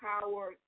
Power